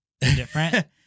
Different